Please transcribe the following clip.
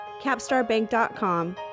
capstarbank.com